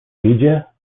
idzie